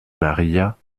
maria